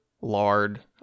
lard